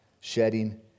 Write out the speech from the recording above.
shedding